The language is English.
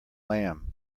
lamb